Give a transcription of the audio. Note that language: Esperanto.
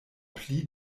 pli